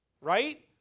right